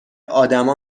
آدما